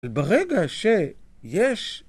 ברגע שיש